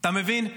אתה מבין?